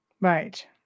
Right